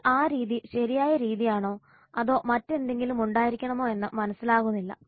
എന്നാൽ ആ രീതി ശരിയായ രീതിയാണോ അതോ മറ്റെന്തെങ്കിലും ഉണ്ടായിരിക്കണമോ എന്ന് മനസ്സിലാകുന്നില്ല